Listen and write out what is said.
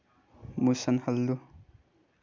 ꯃꯨꯁꯟꯍꯜꯂꯨ